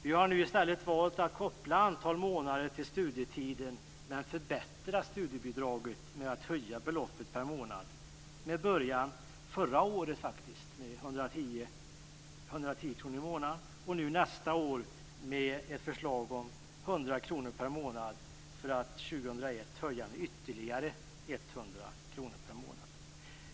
Vi har nu i stället valt att koppla antal månader till studietiden men förbättra studiebidraget genom att höja beloppet per månad med början förra året, faktiskt, med 110 kr i månaden. Nästa år har vi ett förslag på 100 kr per månad för att år 2001 höja ytterligare 100 kr per månad.